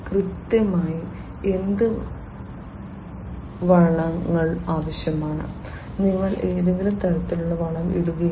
കൃത്യമായി എന്ത് വളങ്ങൾ ആവശ്യമാണ് നിങ്ങൾ ഏതെങ്കിലും തരത്തിലുള്ള വളം ഇടുകയല്ല